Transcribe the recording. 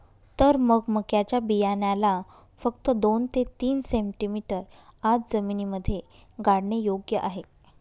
तर मग मक्याच्या बियाण्याला फक्त दोन ते तीन सेंटीमीटर आत जमिनीमध्ये गाडने योग्य आहे